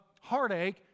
heartache